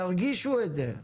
תנגישו את זה.